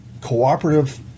cooperative